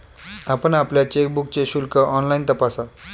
आपण आपल्या चेकबुकचे शुल्क ऑनलाइन तपासा